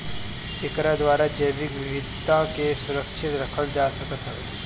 एकरा द्वारा जैविक विविधता के सुरक्षित रखल जा सकत हवे